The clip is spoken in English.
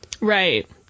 Right